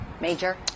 Major